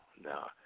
No